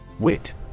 WIT